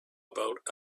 about